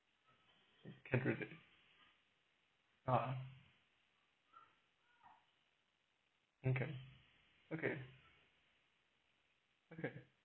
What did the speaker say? (uh huh) okay okay okay